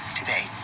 today